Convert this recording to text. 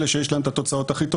אלה שיש להם את התוצאות הכי טובות.